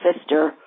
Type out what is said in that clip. sister